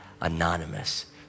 anonymous